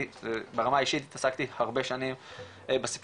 אני ברמה האישית אני עסקתי הרבה שנים בסיפור